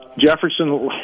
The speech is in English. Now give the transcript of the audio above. Jefferson